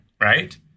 right